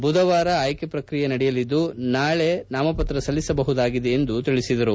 ಬುಧವಾರ ಆಯ್ಕೆ ಪ್ರಕ್ರಿಯೆ ನಡೆಯಲಿದ್ದು ನಾಳೆ ನಾಮಪತ್ರ ಸಲ್ಲಿಸಬಹುದಾಗಿದೆ ಎಂದು ತಿಳಿಸಿದರು